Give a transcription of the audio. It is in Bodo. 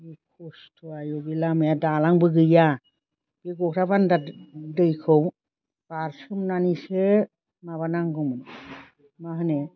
जि खस्थ' आयु बे लामाया दालांबो गैया बे गरहाबान्दा दैखौ बारसोमनानैसो माबानांगौमोन माहोनो